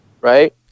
Right